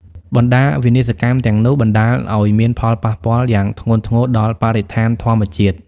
បណ្តាវិនាសកម្មទាំងនោះ បណ្តាលឲ្យមានផលប៉ះពាល់យ៉ាងធ្ងន់ធ្ងរដល់បរិស្ថានធម្មជាតិ។